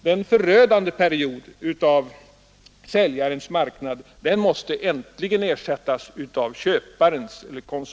Den förödande perioden av säljarens marknad måste äntligen ersättas av köparens